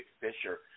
Fisher